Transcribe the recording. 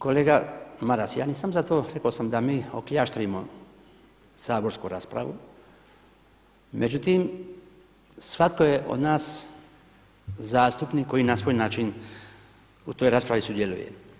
Kolega Maras ja nisam za to rekao sam da mi okljaštavimo saborsku raspravu, međutim svatko je od nas zastupnik koji na svoj način u toj raspravi sudjeluje.